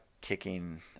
kicking